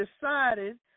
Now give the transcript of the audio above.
decided